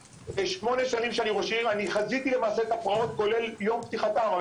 שמונה שנים שאני ראש עיר אני חזיתי למעשה את הפרעות כולל יום פתיחתם.